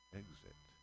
exit